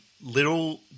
little